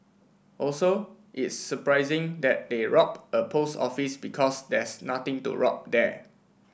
also it's surprising that they rob a post office because there's nothing to rob there